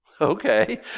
Okay